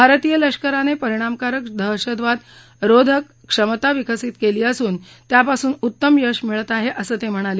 भारतीय लष्कारानं परिणामकारक दहशतवाद रोधक क्षमता विकसित केली असून त्यापासून उत्तम यश मिळत आहे असं ते म्हणाले